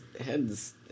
Head's